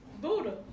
Buddha